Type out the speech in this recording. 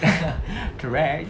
true that